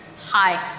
Hi